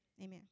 amen